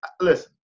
listen